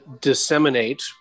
disseminate